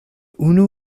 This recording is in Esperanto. unu